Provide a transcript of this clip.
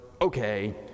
okay